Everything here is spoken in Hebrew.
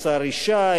השר ישי,